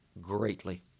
greatly